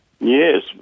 Yes